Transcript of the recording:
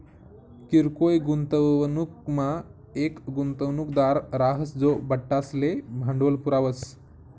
किरकोय गुंतवणूकमा येक गुंतवणूकदार राहस जो बठ्ठासले भांडवल पुरावस